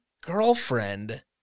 girlfriend